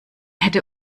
hätte